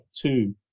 two